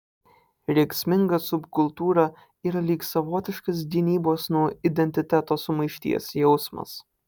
rėksminga subkultūra yra lyg savotiškas gynybos nuo identiteto sumaišties jausmas